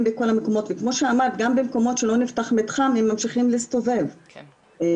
הרבה עבודה מחוץ למתחם כדי